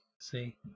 See